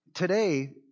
Today